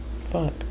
fuck